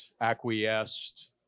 acquiesced